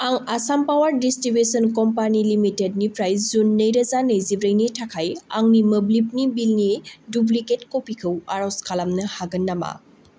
आं Assam power distribution company लिमिटेडनिफ्राय जुन नैरोजा नैजिब्रैनि थाखाय आंनि मोब्लिबनि बिलनि दुप्लिकेट कपिखौ आर'ज खालामनो हागोन नामा